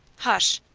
hush!